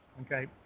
okay